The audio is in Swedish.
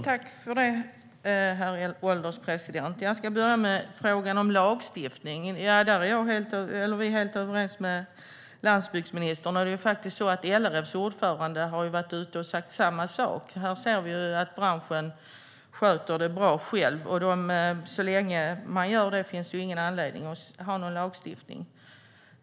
Herr ålderspresident! Jag ska börja med frågan om lagstiftningen. Där är vi helt överens med landsbygdsministern, och LRF:s ordförande har varit ute och sagt samma sak. Vi ser att branschen sköter det bra själv, och så länge man gör det finns det ju ingen anledning att ha någon lagstiftning.